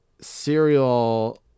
Serial